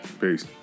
Peace